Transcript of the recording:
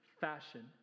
fashion